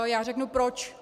Já řeknu proč.